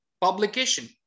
publication